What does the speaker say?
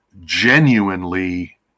genuinely